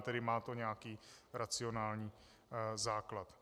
Tedy má to nějaký racionální základ.